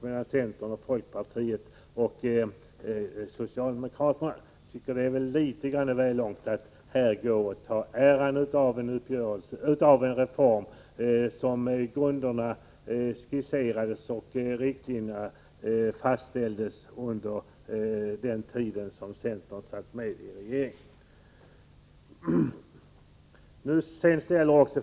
Det är att gå litet väl långt att här ta åt sig äran av en reform vars grunder skisserades och riktlinjer fastställdes under den tid som centern satt med i regeringen.